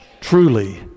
truly